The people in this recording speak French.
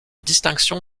distinction